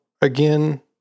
again